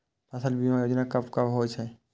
फसल बीमा योजना कब कब होय छै?